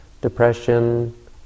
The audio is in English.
depression